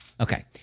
Okay